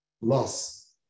Loss